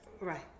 Right